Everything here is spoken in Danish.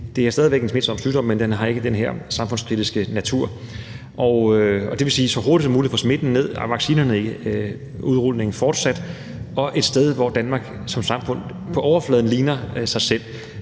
væk er en smitsom sygdom, men at den ikke har den her samfundskritiske natur. Det vil sige, at vi så hurtigt som muligt får smitten ned, at vaccineudrulningen fortsætter, og at vi kommer et sted hen, hvor Danmark som sagt på overfladen ligner sig selv.